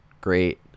great